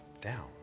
down